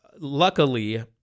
Luckily